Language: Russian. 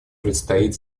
предстоит